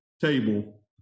table